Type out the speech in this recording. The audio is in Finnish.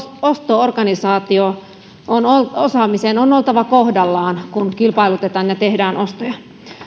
osto organisaatio osaamisen on oltava kohdallaan kun kilpailutetaan ja tehdään ostoja